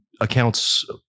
Accounts